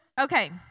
Okay